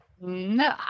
no